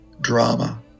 drama